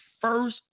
first